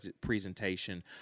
presentation